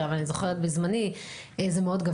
אבל אני זוכרת בזמני שזה מאוד גבוה.